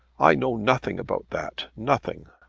i know nothing about that nothing.